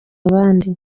abandi